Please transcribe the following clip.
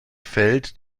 feld